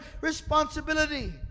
responsibility